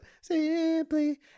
simply